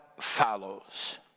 follows